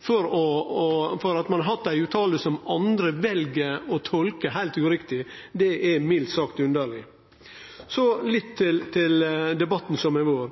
for at ein har kome med ei utsegn som andre vel å tolke heilt uriktig, er mildt sagt underleg. Så litt til debatten som har vore.